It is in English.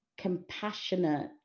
compassionate